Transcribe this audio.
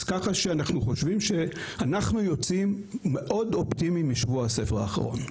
אנחנו יוצאים מאוד אופטימיים משבוע הספר האחרון.